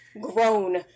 Grown